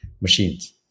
machines